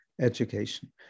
education